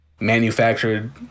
manufactured